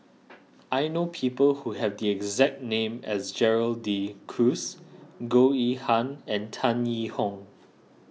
I know people who have the exact name as Gerald De Cruz Goh Yihan and Tan Yee Hong